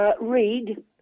Read